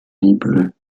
niebüll